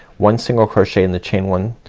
one single crochet in the chain one,